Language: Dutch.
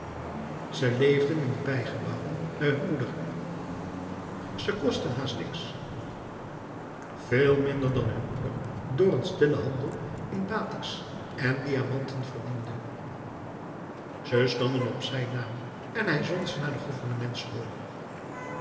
ze leefden in de bijgebouwen bij hun moeder ze kostten haast niks veel minder dan hun moeder door een stillen handel in batiks en diamanten verdiende ze stonden op zijn naam en hij zond ze naar de gouvernementsschool